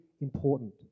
important